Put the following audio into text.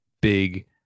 big